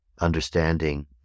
understanding